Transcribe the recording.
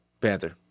Panther